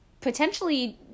potentially